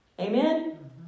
Amen